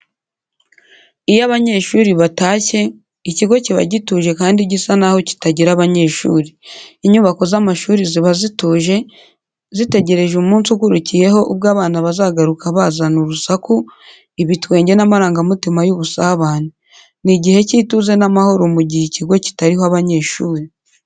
Iyo abanyeshuri batashye, ikigo kiba gituje kandi gisa naho kitagira abanyeshuri. Inyubako z’amashuri ziba zituje, zitegereje umunsi ukurikiyeho ubwo abana bazagaruka bazana urusaku, ibitwenge n’amarangamutima y’ubusabane. Ni igihe cy’ituze n’amahoro mu gihe ikigo kitariho abanyeshuri.